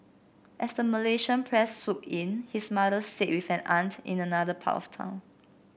as the Malaysian press swooped in his mother stayed with an aunt in another part of town